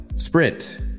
Sprint